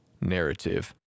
narrative